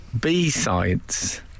B-sides